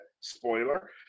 spoiler